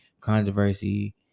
controversy